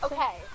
Okay